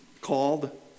called